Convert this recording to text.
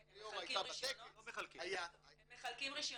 ליאור הייתה בטקס -- הם מחלקים רישיונות?